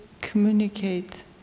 communicate